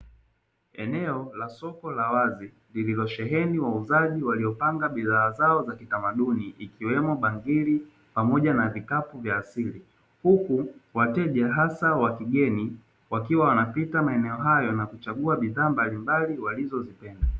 Eneo la soko la wazi, lililosheheni wauzaji waliopanga bidhaa zao za kitamaduni, ikiwemo bangiri pamoja vikapu vya asii, huku wateja hasa wakigeni wakiwa wanapita maeneo hayo na kuchagua bidhaa mbalimbali walizozipenda.